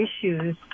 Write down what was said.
issues